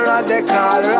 Radical